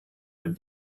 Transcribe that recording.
would